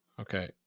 Okay